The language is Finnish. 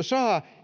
saa